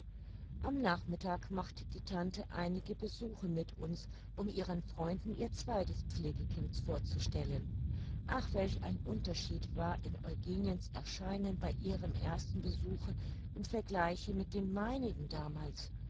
am nachmittag machte die tante einige besuche mit uns um ihren freunden ihr zweites pflegekind vorzustellen ach welch ein unterschied war in eugeniens erscheinen bei ihrem ersten besuche im vergleiche mit dem meinigen damals